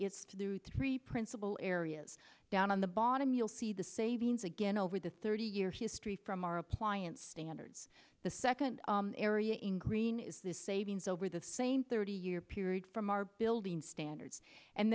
it's to do three principal area down on the bottom you'll see the savings again over the thirty year history from our appliance standards the second area in green is this savings over the same thirty year period from our building standards and